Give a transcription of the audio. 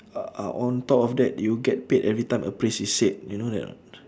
o~ o~ on top of that you get paid every time a phrase is said you know that or not